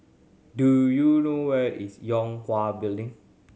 do you know where is Yue Hwa Building